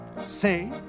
say